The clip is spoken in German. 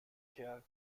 kerl